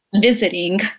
visiting